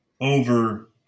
over